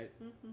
right